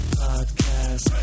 podcast